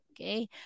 okay